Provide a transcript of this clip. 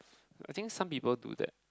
I think some people do that